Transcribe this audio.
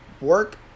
work